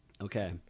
Okay